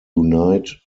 unite